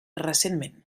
recentment